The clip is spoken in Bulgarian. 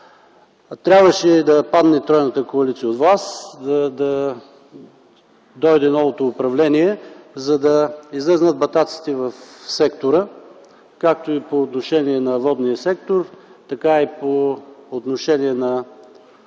Трябваше да падне тройната коалиция от власт, да дойде новото управление, за да излязат батаците в сектора, както по отношение на водния сектор, така и по отношение на